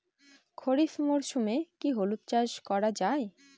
খরিফ মরশুমে কি হলুদ চাস করা য়ায়?